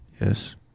Yes